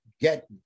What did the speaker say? get